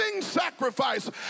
sacrifice